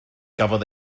gafodd